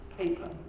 paper